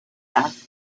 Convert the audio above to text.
death